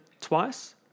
twice